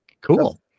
Cool